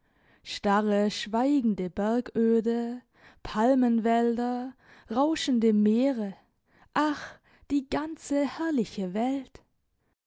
starre schweigende bergöde palmenwälder rauschende meere ach die ganze herrliche welt